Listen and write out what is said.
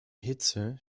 hitze